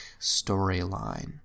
storyline